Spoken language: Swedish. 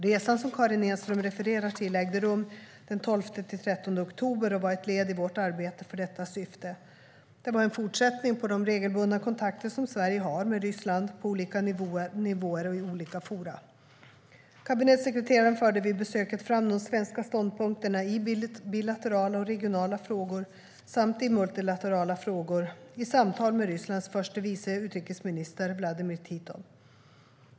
Resan som Karin Enström refererar till ägde rum den 12-13 oktober och var ett led i vårt arbete för detta syfte. Det var en fortsättning på de regelbundna kontakter som Sverige har med Ryssland på olika nivåer och i olika forum. Kabinettssekreteraren förde vid besöket fram de svenska ståndpunkterna i bilaterala och regionala frågor samt i multilaterala frågor i samtal med Rysslands förste vice utrikesminister Vladimir Titov.